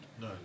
No